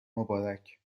مبارک